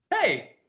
hey